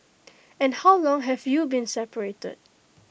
and how long have you been separated